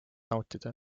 nautida